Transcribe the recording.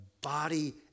body